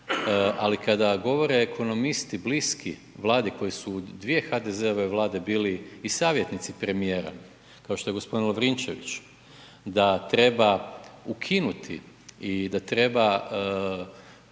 ali kada govore ekonomisti bliski Vladi koji su u dvije HDZ-ove bili i savjetnici premijera kao što je gospodin Lovrinčević, da treba ukinuti i da treba